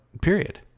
period